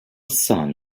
son